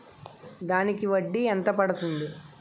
దానికి వడ్డీ ఎంత పడుతుంది?